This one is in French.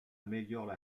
améliorent